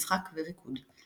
משחק וריקוד.